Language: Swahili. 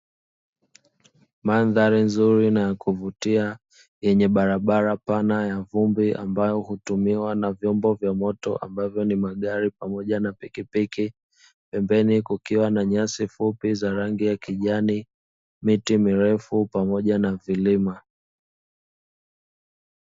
Mandhari nzuri na ya kuvutia yenye barabara pana ya vumbi ambayo hutumiwa na vyombo vya moto ambavyo ni magari pamoja na pikipiki, pembeni kukiwa na nyasi fupi za rangi ya kijani, miti mirefu pamoja na vilima.